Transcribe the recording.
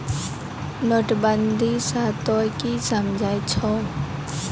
नोटबंदी स तों की समझै छौ